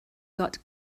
got